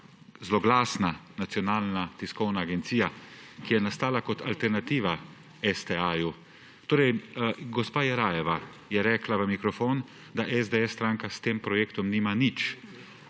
zloglasna nacionalna tiskovna agencija, ki je nastala kot alternativa STA. Gospa Jerajeva je rekla v mikrofon, da stranka SDS s tem projektom nima nič,